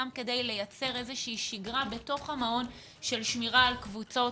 גם כדי לייצר איזושהי שגרה בתוך המעון של שמירה על קבוצות.